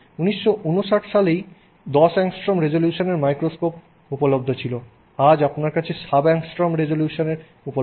1959 সালেই 10 অ্যাংস্ট্রোম রেজোলিউশনের মাইক্রোস্কোপ উপলব্ধ ছিল আজ আপনার কাছে সাব অ্যাংস্ট্রোম রেজোলিউশন উপলব্ধ